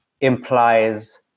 implies